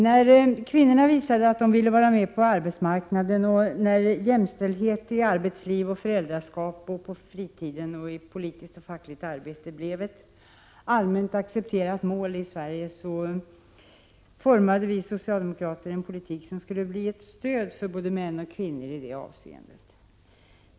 När kvinnorna visade att de ville vara med på arbetsmarknaden, och när jämställdhet i arbetsliv och föräldraskap, fritid och fackligt och politiskt arbete blev ett allmänt accepterat mål i Sverige formade vi socialdemokrater en politik som skulle bli ett stöd för både män och kvinnor i det avseendet.